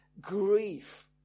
grief